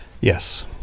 yes